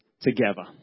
together